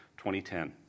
2010